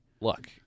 Look